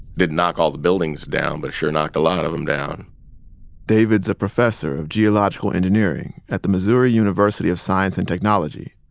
didn't knock all the buildings down, but it sure knocked a lot of them down david's a professor of geological engineering at the missouri university of science and technology.